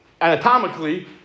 anatomically